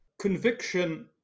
Conviction